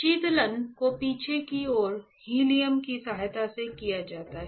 शीतलन को पीछे की ओर हीलियम की सहायता से किया जाता है